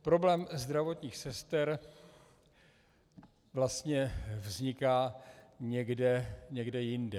Problém zdravotních sester vlastně vzniká někde jinde.